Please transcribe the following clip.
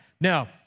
Now